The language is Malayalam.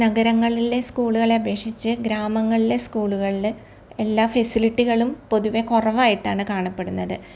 നഗരങ്ങളിലെ സ്കൂളുകളെ അപേക്ഷിച്ച് ഗ്രാമങ്ങളിലെ സ്കൂളുകളിൽ എല്ലാ ഫെസിലിറ്റികളും പൊതുവേ കുറവായിട്ടാണ് കാണപ്പെടുന്നത്